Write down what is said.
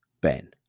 Ben